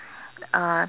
uh